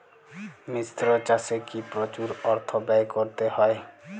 মিশ্র চাষে কি প্রচুর অর্থ ব্যয় করতে হয়?